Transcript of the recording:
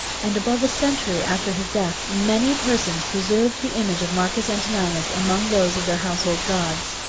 and above a century after his death, many persons preserved the image of marcus antoninus among those of their household gods.